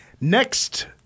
Next